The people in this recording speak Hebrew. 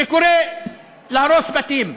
שקורא להרוס בתים.